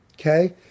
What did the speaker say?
Okay